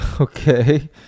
Okay